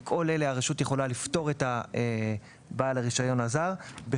הרשות יכולה לפטור את בעל הרישיון הזר מכל אלה,